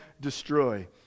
destroy